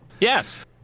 Yes